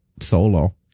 solo